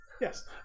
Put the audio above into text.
Yes